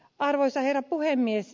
arvoisa herra puhemies